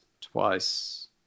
twice